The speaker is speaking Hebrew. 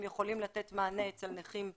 הם יכולים לתת מענה אצל נכים קשים,